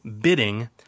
bidding